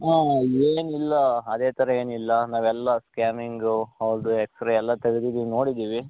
ಹಾಂ ಏನಿಲ್ಲ ಅದೇ ಥರ ಏನಿಲ್ಲ ನಾವೆಲ್ಲ ಸ್ಕ್ಯಾನಿಂಗ್ ಅವರ್ದು ಎಕ್ಸ್ ರೆ ಎಲ್ಲ ತೆಗೆದಿದ್ದೀವಿ ನೋಡಿದ್ದೀವಿ